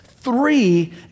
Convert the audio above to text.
three